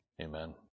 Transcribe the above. Amen